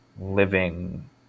living